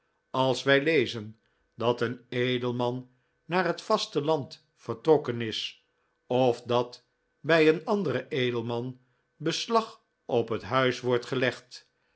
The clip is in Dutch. als wij lezen dat een edelman naar het vasteland vertrokken is of dat bij een anderen edelman beslag op het huis wordt gelegd